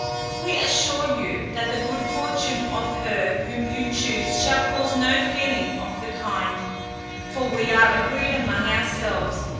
we assure you, that the good fortune of her whom you choose shall cause no feeling of the kind for we are agreed among ourselves,